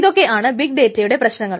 ഇതൊക്കെയാണ് ബിഗ് ഡേറ്റയുടെ പ്രശ്നങ്ങൾ